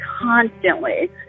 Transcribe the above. constantly